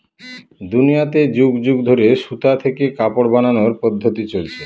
দুনিয়াতে যুগ যুগ ধরে সুতা থেকে কাপড় বানানোর পদ্ধপ্তি চলছে